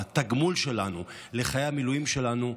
התגמול שלנו לחיילי המילואים שלנו,